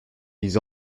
ils